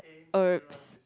herbs